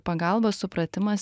pagalba supratimas